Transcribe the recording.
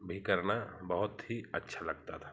भी करना बहुत ही अच्छा लगता था